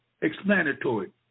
explanatory